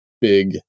big